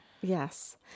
Yes